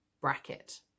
bracket